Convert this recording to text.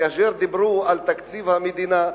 כאשר דיברו על תקציב המדינה,